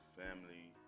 family